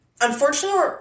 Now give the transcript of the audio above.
unfortunately